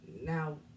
now